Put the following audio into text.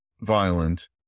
violent